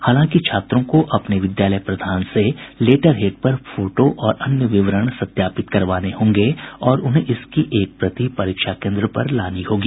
हालांकि छात्रों को अपने विद्यालय प्रधान से लेटर हेड पर फोटो और अन्य विवरण सत्यापित करवाने होंगे और उन्हें इसकी एक प्रति परीक्षा केन्द्र पर लानी होगी